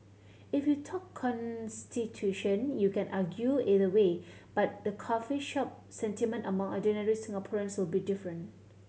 if you talk constitution you can argue either way but the coffee shop sentiment among ordinary Singaporeans will be different